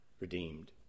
redeemed